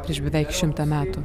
prieš beveik šimtą metų